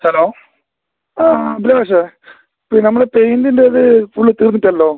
hello ആ ജയേഷെ പിന്നെ നമ്മൾ പെയിൻ്റിൻ്റെ ഇത് ഫുള്ള് തീർന്നിട്ടില്ലല്ലോ